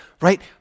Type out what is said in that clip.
right